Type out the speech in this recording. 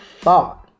Thought